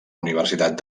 universitat